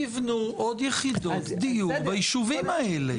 תבנו עוד יחידות דיור בישובים האלה.